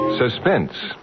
Suspense